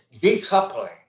decoupling